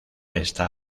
está